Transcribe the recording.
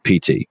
PT